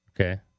Okay